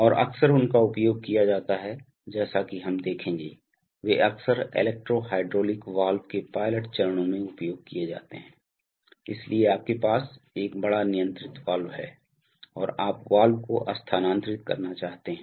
और अक्सर उनका उपयोग किया जाता है जैसा कि हम देखेंगे वे अक्सर इलेक्ट्रो हाइड्रोलिक वाल्व के पायलट चरणों में उपयोग किए जाते हैं इसलिए आपके पास एक बड़ा नियंत्रित वाल्व है और आप वाल्व को स्थानांतरित करना चाहते हैं